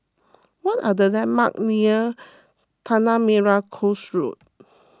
what are the landmarks near Tanah Merah Coast Road